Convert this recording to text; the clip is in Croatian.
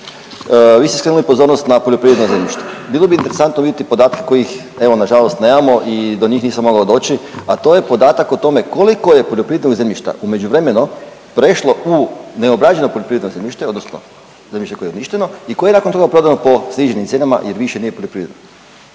Vi ste skrenuli pozornost na poljoprivredna zemljišta. Bilo bi interesantno vidjeti podatke kojih, evo, nažalost nemamo, i do njih nisam mogao doći, a to je podatak o tome koliko je poljoprivrednog zemljišta u međuvremenu prešlo u neobrađeno poljoprivredno zemljište odnosno zemljište koje je uništeno i koje je nakon toga prodano po sniženim cijenama jer više nije poljoprivredno.